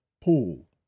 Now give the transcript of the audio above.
Paul